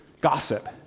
gossip